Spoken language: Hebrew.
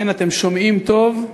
כן, אתם שומעים טוב,